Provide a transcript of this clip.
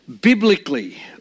biblically